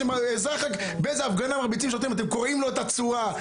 כשאזרח באיזה הפגנה מרביץ לשוטר אתם קורעים לו את הצורה,